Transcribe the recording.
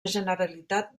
generalitat